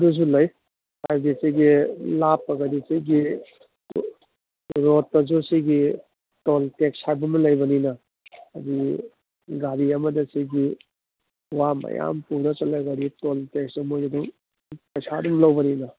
ꯑꯗꯨꯁꯨ ꯂꯩ ꯍꯥꯏꯗꯤ ꯁꯤꯒꯤ ꯂꯥꯞꯄꯒꯗꯤ ꯁꯤꯒꯤ ꯔꯣꯠ ꯇ꯭ꯔꯥꯟꯁꯄꯣꯔꯠ ꯁꯤꯒꯤ ꯇꯣꯜ ꯇꯦꯛꯁ ꯍꯥꯏꯕ ꯑꯃ ꯂꯩꯕꯅꯤꯅ ꯑꯗꯨ ꯒꯥꯔꯤ ꯑꯃꯗ ꯁꯤꯒꯤ ꯋꯥ ꯃꯌꯥꯝ ꯄꯨꯔ ꯆꯠꯂꯒꯗꯤ ꯇꯣꯜ ꯇꯦꯛꯁ ꯃꯣꯏꯗ ꯑꯗꯨꯝ ꯄꯩꯁꯥ ꯑꯗꯨꯝ ꯂꯧꯕꯅꯤꯅ